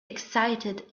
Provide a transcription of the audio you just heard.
excited